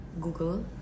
google